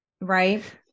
right